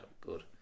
good